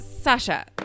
Sasha